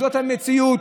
זאת המציאות.